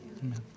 amen